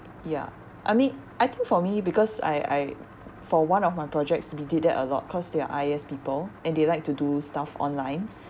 ya I mean I think for me because I I for one of my projects we did that a lot cause they are I_S people and they like to do stuff online